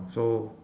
so